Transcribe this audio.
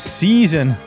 season